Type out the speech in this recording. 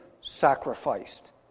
sacrificed